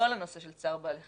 לא על הנושא של צער בעלי חיים.